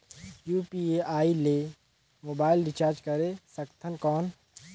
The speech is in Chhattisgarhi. यू.पी.आई ले मोबाइल रिचार्ज करे सकथन कौन?